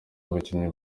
abakinnyi